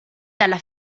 dalla